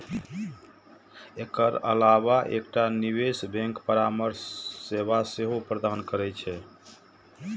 एकर अलावा एकटा निवेश बैंक परामर्श सेवा सेहो प्रदान करै छै